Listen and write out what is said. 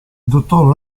dottor